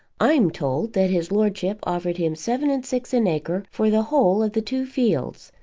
i'm told that his lordship offered him seven-and-six an acre for the whole of the two fields,